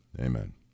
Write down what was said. Amen